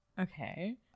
Okay